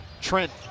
Trent